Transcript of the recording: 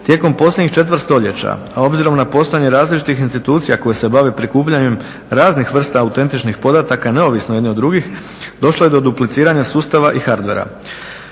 Tijekom posljednjih četvrt stoljeća, a obzirom na postojanje različitih institucija koje se bave prikupljanjem raznih vrsta autentičnih podataka neovisno jedni od drugih došlo je do dupliciranja sustava i hardvera.